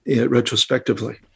retrospectively